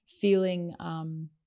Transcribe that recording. feeling –